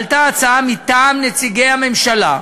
עלתה הצעה מטעם נציגי הממשלה,